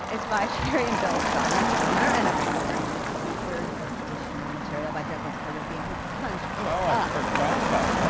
it's by cheri and bill steinkellner, and of course it features additional material by douglas carter beane, who punched it up. oh, i forgot about that.